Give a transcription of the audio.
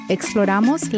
Exploramos